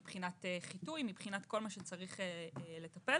מבחינת חיטוי מבחינת כל מה שצריך לטפל.